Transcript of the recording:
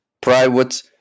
private